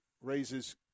raises